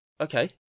Okay